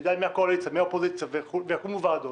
שתקומנה ועדות